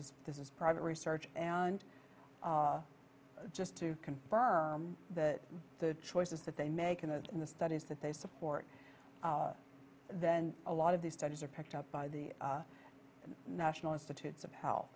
is this is private research and just to confirm that the choices that they make in the in the studies that they support then a lot of these studies are picked up by the national institutes of h